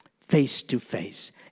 Face-to-face